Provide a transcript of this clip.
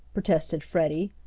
protested freddie.